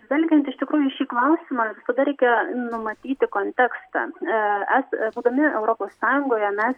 žvelgiant iš tikrųjų į šį klausimą visada reikia numatyti kontekstą būdami europos sąjungoje mes